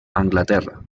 anglaterra